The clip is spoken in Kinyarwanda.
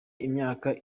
imyaka